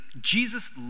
Jesus